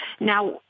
Now